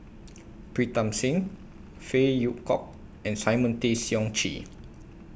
Pritam Singh Phey Yew Kok and Simon Tay Seong Chee